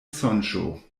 sonĝo